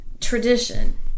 tradition